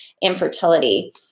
infertility